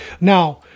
now